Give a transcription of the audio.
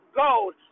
gold